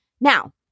Now